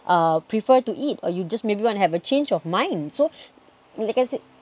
uh prefer to eat or you just maybe you wanna have a change of mind so because it